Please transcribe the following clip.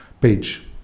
page